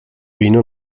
vino